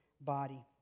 body